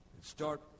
start